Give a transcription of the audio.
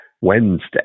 Wednesday